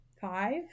five